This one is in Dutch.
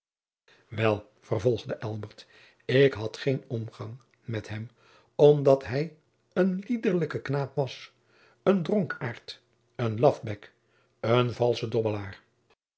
wel vervolgde elbert ik had geen omgang met hem omdat hij een liederlijke knaap was een dronkaart een lafbek een valsche dobbelaar